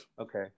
Okay